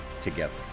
together